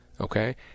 okay